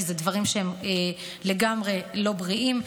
כי אלה דברים לגמרי לא בריאים.